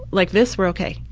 like this, we're ok.